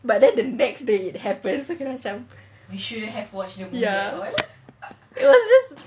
but then the next day it happens so kita orang macam ya